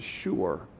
sure